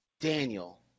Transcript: Daniel